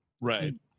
Right